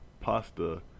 pasta